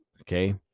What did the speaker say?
okay